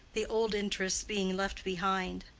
the old interests being left behind.